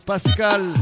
Pascal